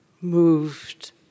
moved